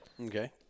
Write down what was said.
Okay